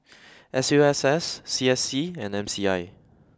S U S S C S C and M C I